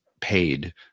paid